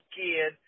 kid